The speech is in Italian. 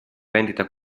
vendita